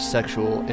Sexual